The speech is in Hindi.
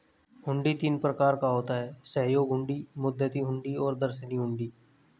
हुंडी तीन प्रकार का होता है सहयोग हुंडी, मुद्दती हुंडी और दर्शनी हुंडी